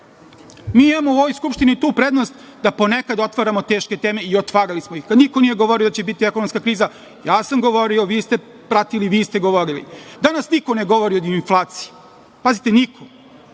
mi imamo u ovoj Skupštini tu prednost da ponekad otvaramo teške teme i otvarali smo ih. Kad niko nije govorio da će biti ekonomska kriza, ja sam govorio, vi ste pratili, vi ste govorili. Danas niko ne govori ni o inflaciji. Pazite niko,